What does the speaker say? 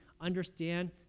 understand